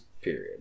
Period